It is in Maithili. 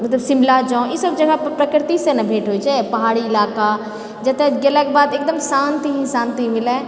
शिमला जाउ ई सब जगह पर प्रकृतिसँ ने भेंट होइत छै पहाड़ी इलाका जतऽ गेलाके बाद एकदम शान्ति मिलए